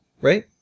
Right